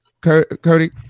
Cody